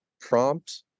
prompt